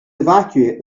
evacuate